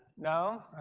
no.